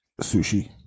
sushi